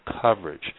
coverage